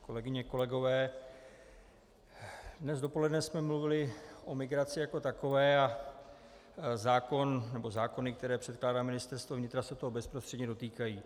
Kolegyně a kolegové, dnes odpoledne jsme mluvili o migraci jako takové a zákony, které předkládá Ministerstvo vnitra, se toho bezprostředně dotýkají.